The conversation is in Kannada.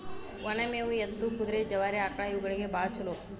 ಒನ ಮೇವು ಎತ್ತು, ಕುದುರೆ, ಜವಾರಿ ಆಕ್ಳಾ ಇವುಗಳಿಗೆ ಬಾಳ ಚುಲೋ